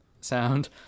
sound